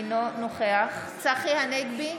אינו נוכח צחי הנגבי,